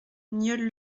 nieul